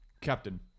Captain